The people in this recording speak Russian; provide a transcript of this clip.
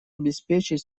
обеспечить